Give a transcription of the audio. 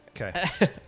Okay